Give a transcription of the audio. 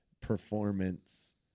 performance